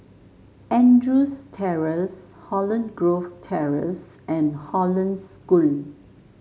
Andrews Terrace Holland Grove Terrace and Hollandse School